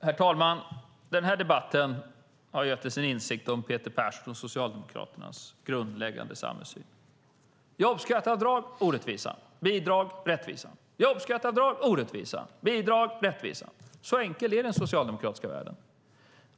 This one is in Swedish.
Herr talman! Den här debatten har gett insikt om Peter Perssons och Socialdemokraternas grundläggande samhällssyn. Jobbskatteavdrag är orättvisa; bidrag är rättvisa. Så enkel är den socialdemokratiska världen.